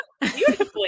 beautifully